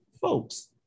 folks